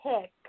pick